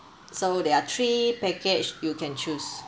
so there are three package you can choose